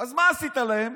אז מה עשית להם?